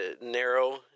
narrow